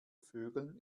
vögeln